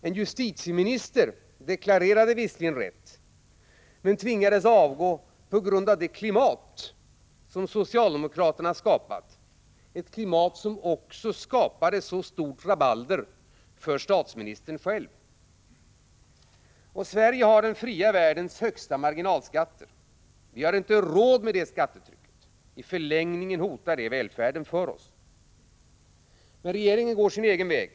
En justitieminister deklarerade visserligen rätt men tvingades avgå på grund av det klimat som socialdemokraterna skapat, ett klimat som också orsakade så stort rabalder för statsministern själv. Sverige har den fria världens högsta marginalskatter. Vi har inte råd med det skattetrucket. I förlängningen hotar det vår välfärd. Men regeringen går sin egen väg.